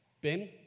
Ben